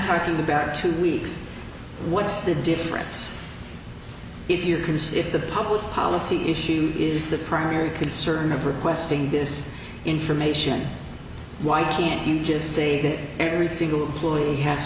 talking about two weeks what's the difference if you can see if the public policy issue is the primary concern of requesting this information why can't you just see that every single lawyer has